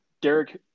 Derek